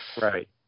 Right